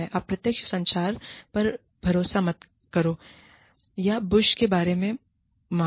अप्रत्यक्ष संचार पर भरोसा मत करो या बुश के बारे में मारो